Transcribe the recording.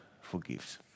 forgives